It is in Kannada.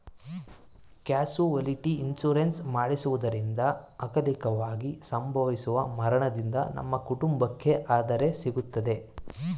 ಕ್ಯಾಸುವಲಿಟಿ ಇನ್ಸೂರೆನ್ಸ್ ಮಾಡಿಸುವುದರಿಂದ ಅಕಾಲಿಕವಾಗಿ ಸಂಭವಿಸುವ ಮರಣದಿಂದ ನಮ್ಮ ಕುಟುಂಬಕ್ಕೆ ಆದರೆ ಸಿಗುತ್ತದೆ